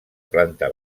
planta